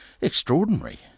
extraordinary